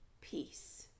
peace